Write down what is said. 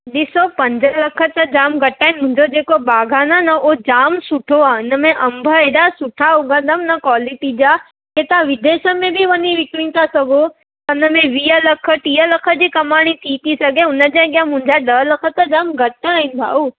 ॾिसो पंज लख त जामु घटि आहिनि मुंहिंजो जेको बाग़ान आहे न उहो जामु सुठो आहे उनमें अंब एॾा सुठा उगंदमि न कोलिटी जा त तव्हां विदेशनि में बि वञी विकिणे था सघो उनमें वीह लख टीह लख जी कमाणी थी थी सघे हुनजे अॻियां मुंहिंजा ॾह लख त जामु घटि आहिनि भाऊ